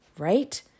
right